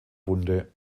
wunde